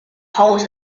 holes